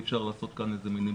אי אפשר לעשות כאן מניפולציה.